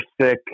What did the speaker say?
sick